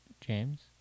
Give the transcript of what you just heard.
James